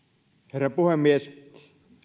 herra puhemies